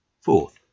Fourth